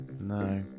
no